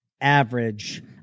Average